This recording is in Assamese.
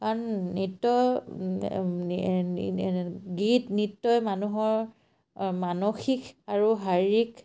কাৰণ নৃত্য গীত নৃত্যই মানুহৰ মানসিক আৰু শাৰীৰিক